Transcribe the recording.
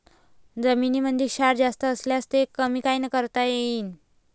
जमीनीमंदी क्षार जास्त झाल्यास ते कमी कायनं करता येईन?